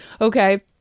okay